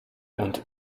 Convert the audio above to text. und